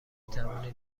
توانید